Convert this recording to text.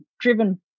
driven